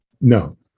No